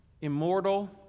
immortal